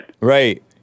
Right